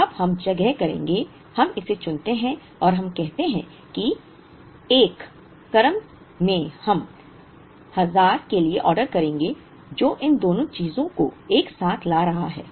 तो अब हम जगह करेंगे हम इसे चुनते हैं और हम कहते हैं कि 1 क्रम में हम 1000 के लिए ऑर्डर करेंगे जो इन दोनों चीजों को एक साथ ला रहा है